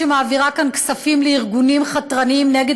שמעבירה כאן כספים לארגונים חתרניים נגד